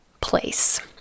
place